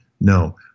No